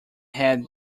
had